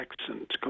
accent